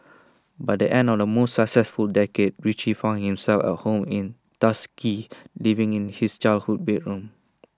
by the end of the most successful decade Richie found himself at home in Tuskegee living in his childhood bedroom